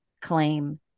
claim